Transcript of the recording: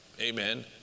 amen